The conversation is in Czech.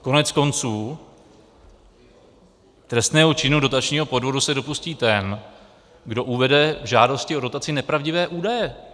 Koneckonců trestného činu dotačního podvodu se dopustí ten, kdo uvede v žádosti o dotaci nepravdivé údaje.